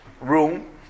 room